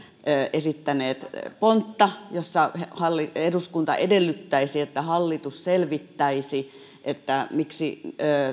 esittäneet pontta jossa eduskunta edellyttäisi että hallitus selvittäisi miksi